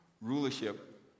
rulership